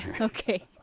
Okay